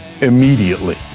immediately